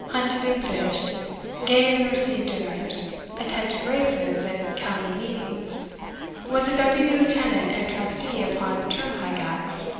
hunted and fished gave and received dinners attended races and county meetings was a deputy-lieutenant and trustee upon turnpike acts.